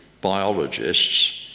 biologists